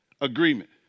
Agreement